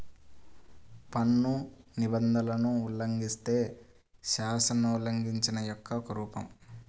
పన్ను నిబంధనలను ఉల్లంఘిస్తే, శాసనోల్లంఘన యొక్క ఒక రూపం